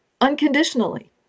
unconditionally